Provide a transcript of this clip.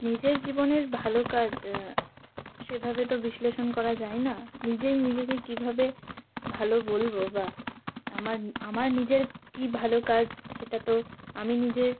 নিজের জীবনের ভালো কাজ সেভাবে তো বিশ্লেষণ করা যায় না নিজেই নিজেকে কীভাবে ভালো বলবো বা আমার আমার নিজের কী ভালো কাজ সেটা তো আমি নিজে